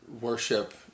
worship